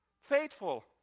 faithful